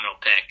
pick